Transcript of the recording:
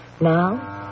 Now